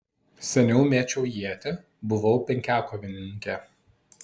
seniau mėčiau ietį buvau penkiakovininkė